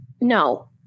no